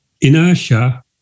inertia